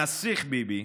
הנסיך ביבי,